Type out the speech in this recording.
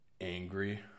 angry